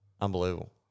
unbelievable